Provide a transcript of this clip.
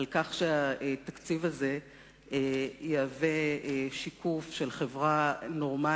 על כך שהתקציב הזה יהיה שיקוף של חברה נורמלית,